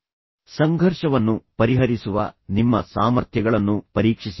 ತದನಂತರ ನೀವು ಸಂಘರ್ಷವನ್ನು ಹುಡುಕಿದಾಗಲೆಲ್ಲಾ ಅವುಗಳನ್ನು ಪರಿಹರಿಸುವ ನಿಮ್ಮ ಸಾಮರ್ಥ್ಯಗಳನ್ನು ಪರೀಕ್ಷಿಸಿ